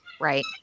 Right